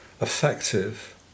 effective